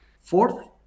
Fourth